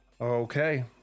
Okay